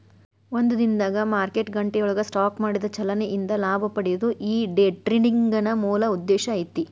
ಒಂದ ದಿನದಾಗ್ ಮಾರ್ಕೆಟ್ ಗಂಟೆಯೊಳಗ ಸ್ಟಾಕ್ ಮಾಡಿದ ಚಲನೆ ಇಂದ ಲಾಭ ಪಡೆಯೊದು ಈ ಡೆ ಟ್ರೆಡಿಂಗಿನ್ ಮೂಲ ಉದ್ದೇಶ ಐತಿ